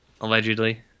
Allegedly